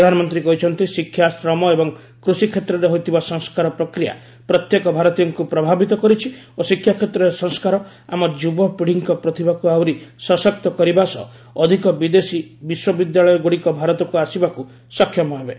ପ୍ରଧାନମନ୍ତ୍ରୀ କହିଛନ୍ତି ଶିକ୍ଷା ଶ୍ରମ ଏବଂ କୃଷି କ୍ଷେତ୍ରରେ ହୋଇଥିବା ସଂସ୍କାର ପ୍ରକ୍ରିୟା ପ୍ରତ୍ୟେକ ଭାରତୀୟଙ୍କୁ ପ୍ରଭାବିତ କରିଛି ଓ ଶିକ୍ଷା କ୍ଷେତ୍ରରେ ସଂସ୍କାର ଆମ ଯୁବପିଢ଼ିଙ୍କ ପ୍ରତିଭାକୁ ଆହୁରି ସଶକ୍ତ କରିବା ସହ ଅଧିକ ବିଦେଶୀ ବିଶ୍ୱବିଦ୍ୟାଳୟଗୁଡ଼ିକ ଭାରତକୁ ଆସିବାକୁ ସକ୍ଷମ ହେବେ